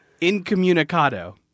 Incommunicado